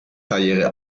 karriere